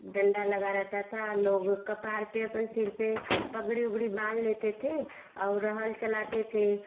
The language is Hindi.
डंडा लगा रहता था और लोग कपार पर अपन सिर पर पगड़ी वुगड़ी बांध लेते थे और हल चलाते थे